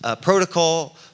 protocol